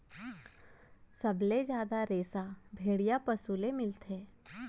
सबले जादा रेसा भेड़िया पसु ले मिलथे